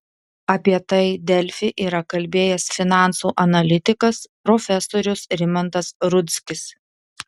apie tai delfi yra kalbėjęs finansų analitikas profesorius rimantas rudzkis